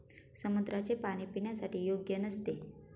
समुद्राचे पाणी पिण्यासाठी योग्य नसते